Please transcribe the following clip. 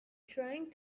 trying